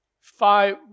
five